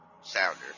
sounder